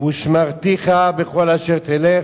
ושמרתיך בכל אשר תלך,